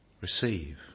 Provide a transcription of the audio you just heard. receive